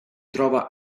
trova